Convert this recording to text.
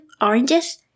oranges